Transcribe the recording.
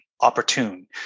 opportune